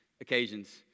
occasions